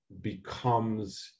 becomes